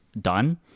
done